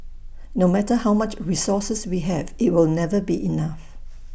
no matter how much resources we have IT will never be enough